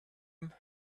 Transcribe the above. him